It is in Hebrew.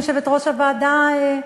יושבת-ראש הוועדה?